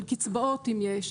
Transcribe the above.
על קצבאות אם יש,